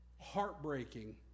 heartbreaking